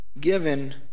given